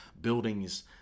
buildings